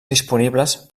disponibles